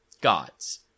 gods